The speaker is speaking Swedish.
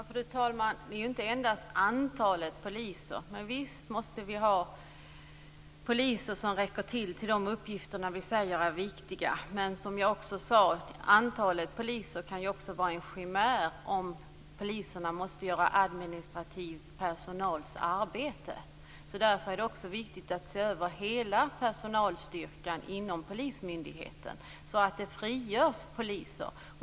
Fru talman! Det handlar inte endast om antalet poliser, men visst måste vi ha poliser så att de räcker till de uppgifter som vi säger är viktiga. Men när det gäller antalet poliser kan det också vara en chimär, som jag sade, om poliserna måste göra administrativ personals arbete. Därför är det viktigt att se över hela personalstyrkan inom polismyndigheten, så att det frigörs poliser.